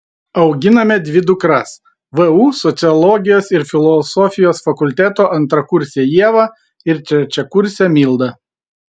auginame dvi dukras vu sociologijos ir filosofijos fakulteto antrakursę ievą ir trečiakursę mildą